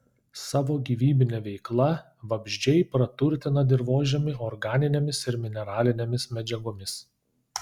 savo gyvybine veikla vabzdžiai praturtina dirvožemį organinėmis ir mineralinėmis medžiagomis